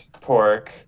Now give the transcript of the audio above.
pork